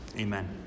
Amen